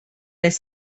les